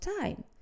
time